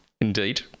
Indeed